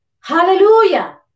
Hallelujah